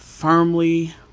Firmly